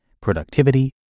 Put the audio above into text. productivity